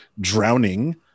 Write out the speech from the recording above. drowning